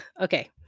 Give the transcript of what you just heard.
Okay